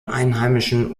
einheimischen